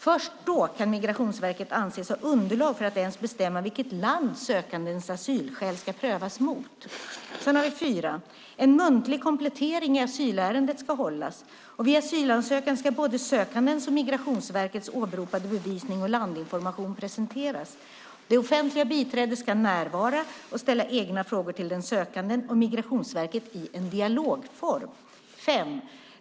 Först då kan Migrationsverket anses ha underlag för att ens bestämma vilket land sökandens asylskäl ska prövas mot. 4. En muntlig komplettering i asylärendet ska hållas. Vid asylansökan ska både sökandens och Migrationsverkets åberopade bevisning och landinformation presenteras. Det offentliga biträdet ska närvara och ställa egna frågor till sökanden och Migrationsverket i en dialogform. 5.